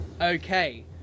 Okay